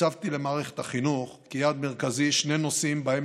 הצבתי למערכת החינוך כיעד מרכזי שני נושאים שבהם